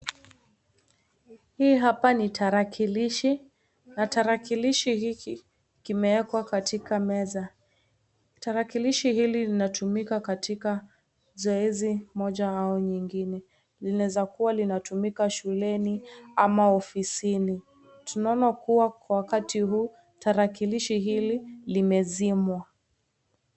Hii hapa ni tarakilishi na tarakilishi hiki kimeekwa katika meza. Tarakilishi hili linatumika katika zoezi moja au nyingine, linaezakuwa linatumika shuleni ama ofisini ,tunaona kuwa Kwa wakati huu tarakilishi hili limezimwa.